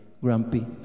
grumpy